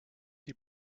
die